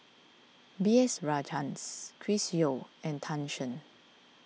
B S Rajhans Chris Yeo and Tan Shen